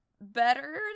better